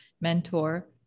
mentor